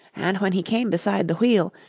and when he came beside the wheel,